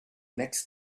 next